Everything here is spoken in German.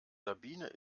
sabine